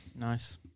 Nice